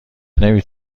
نمی